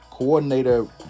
Coordinator